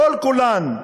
כל-כולן,